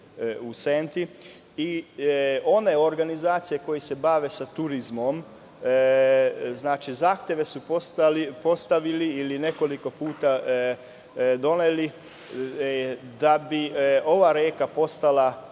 u Senti. One organizacije koje se bave turizmom, znači, zahteve su postavili ili nekoliko puta doneli, da bi ova reka postala